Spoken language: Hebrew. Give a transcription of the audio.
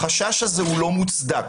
החשש הזה הוא לא מוצדק.